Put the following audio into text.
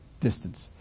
distance